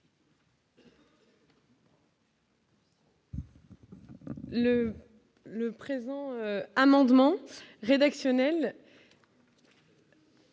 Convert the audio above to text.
le présent amendement rédactionnel.